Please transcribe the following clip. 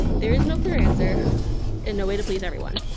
there is no clear answer and no way to please everyone.